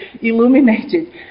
illuminated